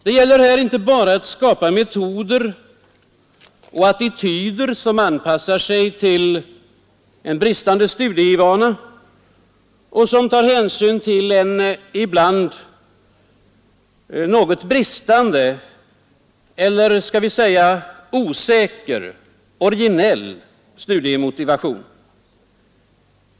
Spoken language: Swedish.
Det gäller här inte bara att skapa metoder och attityder som anpassar sig till en bristande studievana och som tar hänsyn till en ibland något bristande — eller skall vi säga osäker, originell — studiemotivation.